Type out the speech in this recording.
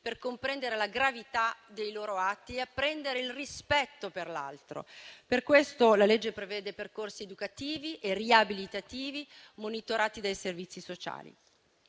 per comprendere la gravità dei loro atti e apprendere il rispetto per l'altro. Per questo la legge prevede percorsi educativi e riabilitativi, monitorati dai servizi sociali.